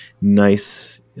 nice